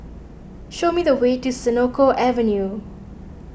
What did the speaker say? show me the way to Senoko Avenue